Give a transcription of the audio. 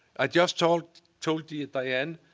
i just told told you, diane,